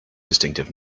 distinctive